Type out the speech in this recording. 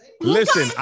Listen